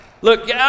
Look